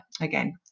again